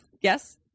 yes